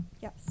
Yes